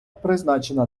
призначена